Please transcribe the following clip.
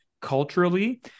culturally